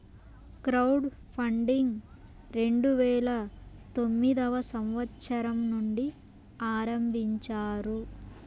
crowd funding రెండు వేల తొమ్మిదవ సంవచ్చరం నుండి ఆరంభించారు